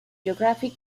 geography